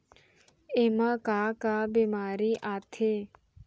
एमा का का बेमारी आथे?